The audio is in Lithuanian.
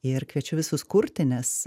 ir kviečiu visus kurti nes